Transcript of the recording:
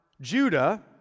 Judah